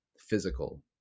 physical